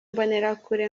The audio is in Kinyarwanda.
mbonerakure